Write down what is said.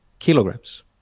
Kilograms